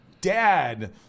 dad